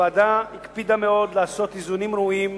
הוועדה הקפידה מאוד לעשות איזונים ראויים,